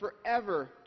forever